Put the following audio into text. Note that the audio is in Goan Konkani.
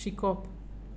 शिकोप